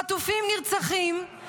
חטופים נרצחים,